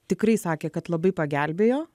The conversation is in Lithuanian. tikrai sakė kad labai pagelbėjo